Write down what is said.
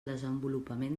desenvolupament